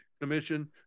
Commission